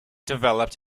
developed